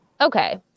okay